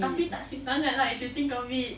tapi tak sweet sangat lah if you think of it